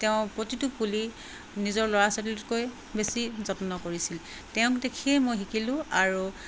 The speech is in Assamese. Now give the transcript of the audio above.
তেওঁ প্ৰতিটো পুলি নিজৰ ল'ৰা ছোৱালীতকৈ বেছি যত্ন কৰিছিল তেওঁক দেখিয়ে মই শিকিলোঁ আৰু